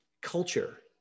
culture